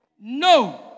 No